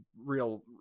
real